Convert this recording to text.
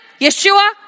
Yeshua